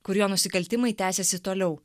kur jo nusikaltimai tęsėsi toliau